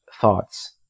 thoughts